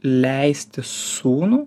leisti sūnų